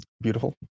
Beautiful